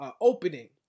opening